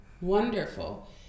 Wonderful